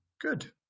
Good